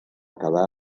quedar